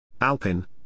Alpin